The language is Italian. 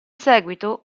seguito